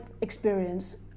experience